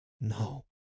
No